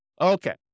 Okay